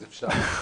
אז אפשר.